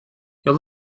your